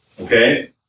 Okay